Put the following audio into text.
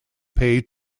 paid